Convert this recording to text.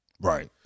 Right